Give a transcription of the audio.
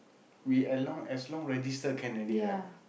we at long as long register can already right